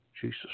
Jesus